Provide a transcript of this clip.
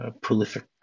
prolific